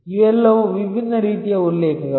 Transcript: ಇವೆಲ್ಲವೂ ವಿಭಿನ್ನ ರೀತಿಯ ಉಲ್ಲೇಖಗಳು